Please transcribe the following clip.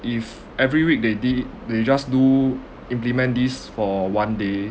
if every week they did it they just do implement this for one day